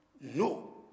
No